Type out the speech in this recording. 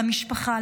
למשפחה,